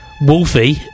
Wolfie